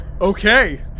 okay